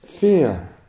Fear